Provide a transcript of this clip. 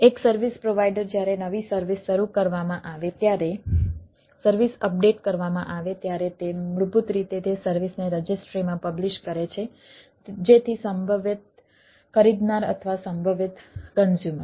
એક service provider જ્યારે નવી સર્વિસ શરૂ કરવામાં આવે ત્યારે સર્વિસ અપડેટ કરવામાં આવે ત્યારે તે મૂળભૂત રીતે તે સર્વિસને રજિસ્ટ્રીમાં પબ્લીશ કરે છે જેથી સંભવિત ખરીદનાર અથવા સંભવિત કન્ઝ્યુમર